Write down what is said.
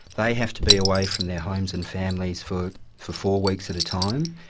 they have to be away from their homes and families for for four weeks at a time,